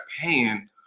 paying